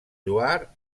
lloar